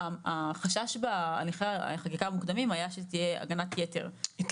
החשש בהליכי החקיקה המוקדמים היה שתהיה הגנת יתר על העובד.